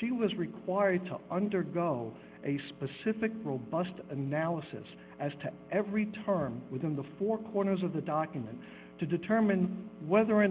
she was required to undergo a specific robust analysis as to every term within the four corners of the document to determine whether or